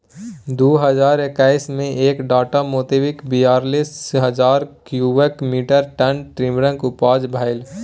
दु हजार एक्कैस मे एक डाटा मोताबिक बीयालीस हजार क्युबिक मीटर टन टिंबरक उपजा भेलै